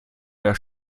der